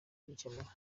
kugikemura